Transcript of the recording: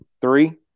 three